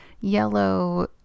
Yellow